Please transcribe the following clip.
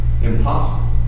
Impossible